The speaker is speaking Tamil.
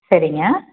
சரிங்க